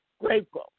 grateful